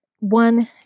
One